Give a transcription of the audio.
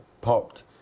popped